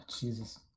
Jesus